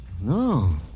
No